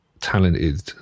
talented